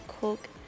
cook